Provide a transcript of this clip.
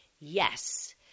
yes